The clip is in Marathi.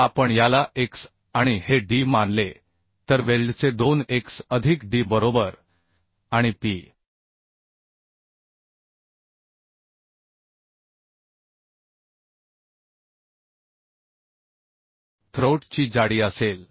जर आपण याला x आणि हे d मानले तर वेल्डचे 2x अधिक d बरोबर आणि P ही थ्रोट ची जाडी असेल